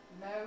no